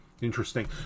Interesting